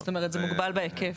זאת אומרת, זה מוגבל בהיקף,